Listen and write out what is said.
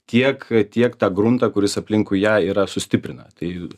tiek tiek tą gruntą kuris aplinkui ją yra sustiprina tai